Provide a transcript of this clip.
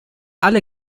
alle